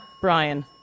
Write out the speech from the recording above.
Brian